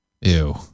ew